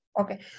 Okay